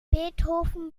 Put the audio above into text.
beethoven